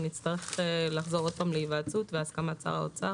אנחנו נצטרך לחזור עוד פעם להיוועצות כי הן בהסכמת שר האוצר.